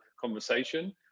conversation